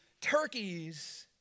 turkeys